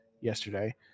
yesterday